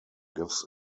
gives